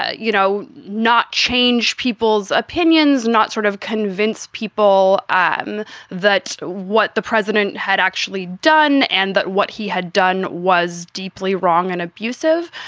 ah you know, not change people's opinions, not sort of convince people um that what the president had actually done and that what he had done was deeply wrong and abusive,